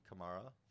Kamara